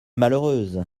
malheureuse